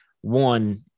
one